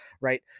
right